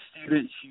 students